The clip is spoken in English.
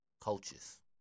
Coaches